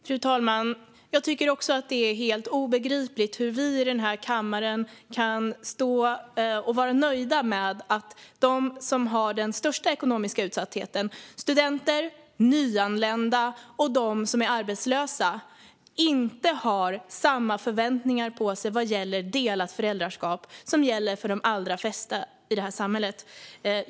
Fru talman! Jag tycker att det är helt obegripligt hur vi i denna kammare kan stå och vara nöjda med att de som har den största ekonomiska utsattheten - studenter, nyanlända och de som är arbetslösa - inte har samma förväntningar på sig vad gäller delat föräldraskap som gäller för de allra flesta i detta samhälle.